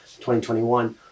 2021